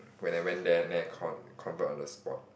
when I went there then I con~ convert on the spot